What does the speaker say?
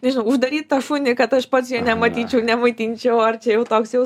nežinau uždaryt tą šunį kad aš pats jo nematyčiau nemaitinčiau ar čia jau toks jau